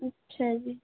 ਅੱਛਾ ਜੀ